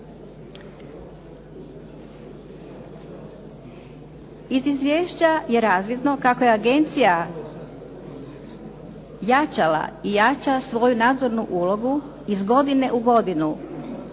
Iz izvješća je razvidno kako je agencija jačala i jača svoju nadzornu ulogu iz godine u godinu.